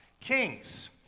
Kings